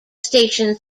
station